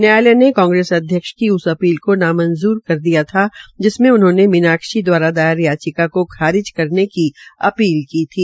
न्यायालय ने कांग्रेस अध्यक्ष की उस अपील को नामंजूर कर दिया था जिसमें उन्होंने मीनाक्षी दवारा दायार याचिाक को खारिज करने की अपील की थी